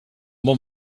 bon